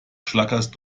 schlackerst